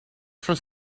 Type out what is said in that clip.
for